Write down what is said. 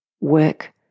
work